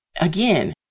Again